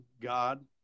God